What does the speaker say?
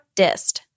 dist